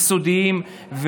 יסודיים,